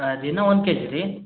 ಹಾಂ ದಿನ ಒಂದು ಕೆಜಿ ರೀ